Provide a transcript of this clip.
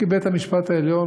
כי בית-המשפט העליון,